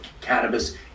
cannabis